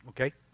Okay